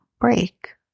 break